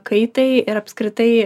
kaitai ir apskritai